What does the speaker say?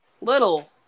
little